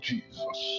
Jesus